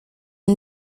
you